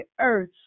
earth